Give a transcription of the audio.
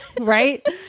right